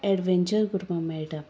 adventure कररपाक मेळटा